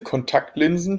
kontaktlinsen